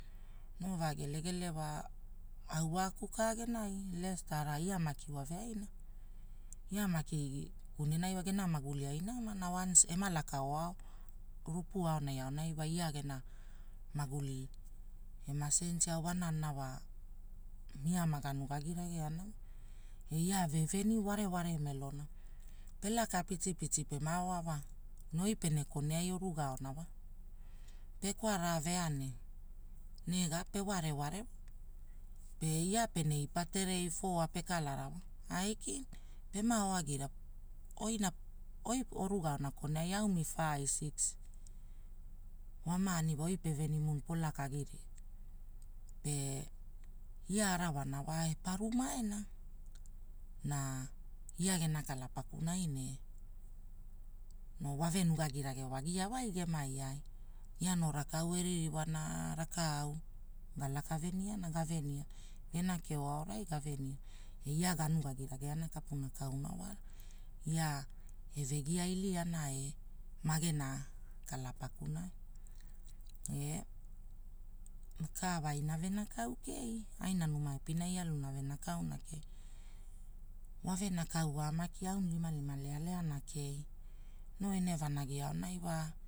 Noo va gelege, au waauku ka genai Lestara ia maki wave aina. Ia maki kunenai wa gena maguli ai nama, na wana ema laka oao rupu aonai wa ia gena maguli ema canitao ne wanana wa ia maga nugagirageana wa. Ia veveni ware ware meloa, pelaka piti pema oa wa, ne oi pene kone ai oruga aona wa, pe kara vea ne rega peware ware. Pe ia pene ipa terei, foa pekala wa ailkina, pema oa gia oi. oruga aona koneai aumi fai, cix wa maani oi pevenimu polakaria ia arawana wa eparu maere, na ia gena kala pakunai ne wavenugi wagia wa ai gemai ai, ia noo rakau eririwana raka au, galaka veniana gaveniana. Gena keo aorai avenia, ia ganugagi rageana kapuna kauna wara, ia eve gia iliana e magena kala pakunai. Ne ka wa aina venekau kei, aina numa epinai ealuna venekauna kei Wa venekau wa, maki aulimalima lealeana kei, noo ene vanagi aonai wa